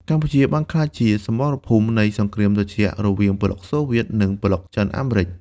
កម្ពុជាបានក្លាយជាសមរភូមិនៃសង្គ្រាមត្រជាក់រវាងប្លុកសូវៀត និងប្លុកចិន-អាមេរិក។